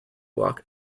block